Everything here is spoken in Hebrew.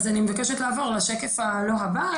אז אני מבקשת לעבור לשקף לא הבא,